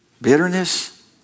bitterness